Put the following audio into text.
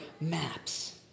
maps